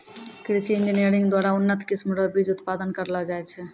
कृषि इंजीनियरिंग द्वारा उन्नत किस्म रो बीज उत्पादन करलो जाय छै